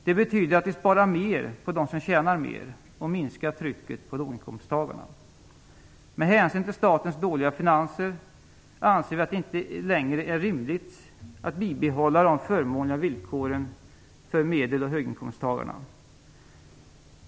Det betyder att vi sparar mer på dem som tjänar mer och minskar trycket på låginkomsttagarna. Med hänsyn till statens dåliga finanser anser vi att det inte längre är rimligt att bibehålla de förmånliga villkoren för medel och höginkomsttagarna.